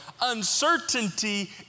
uncertainty